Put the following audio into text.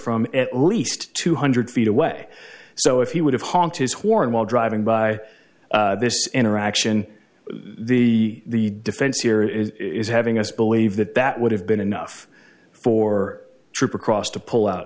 from at least two hundred feet away so if he would have honked his horn while driving by this interaction the defense here is having us believe that that would have been enough for trip across to pull out